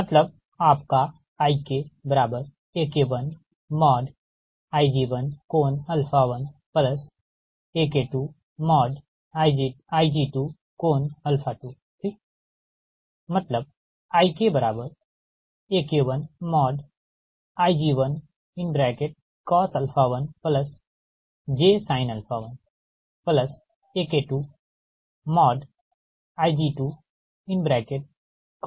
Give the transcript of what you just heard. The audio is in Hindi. मतलब आपका IKAK1Ig11AK2Ig22 ठीक मतलब IKAK1Ig1cos 1 jsin 1 AK2Ig2cos 2 jsin 2